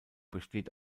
besteht